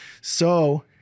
So-